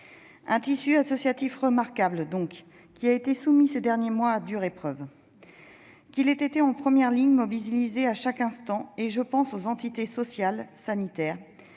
Ce tissu associatif remarquable a été soumis, ces derniers mois, à rude épreuve. Il a été en première ligne et mobilisé à chaque instant- je pense aux entités sociales ou sanitaires.